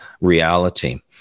reality